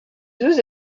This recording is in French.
deux